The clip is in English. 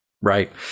Right